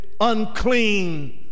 unclean